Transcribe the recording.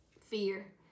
fear